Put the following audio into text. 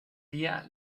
día